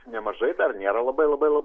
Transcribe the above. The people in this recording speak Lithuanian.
nemažai dar nėra labai labai